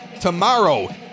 tomorrow